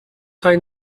خوای